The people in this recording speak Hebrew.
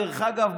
דרך אגב,